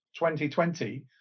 2020